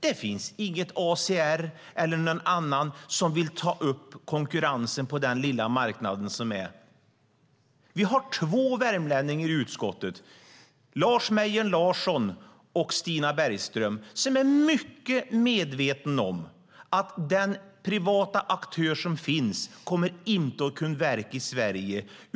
Det finns inget ACR eller någon annan som vill ta upp konkurrensen på den lilla marknad som är kvar. Vi har två värmlänningar i utskottet, Lars Mejern Larsson och Stina Bergström, som är mycket medvetna om att den privata aktör som finns inte kommer att kunna verka i Sverige.